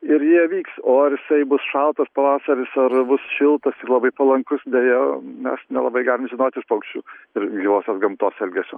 ir jie vyks o ar jisai bus šaltas pavasaris ar bus šiltas labai palankus deja mes nelabai galim žinot iš paukščių ir gyvosios gamtos elgesio